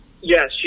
Yes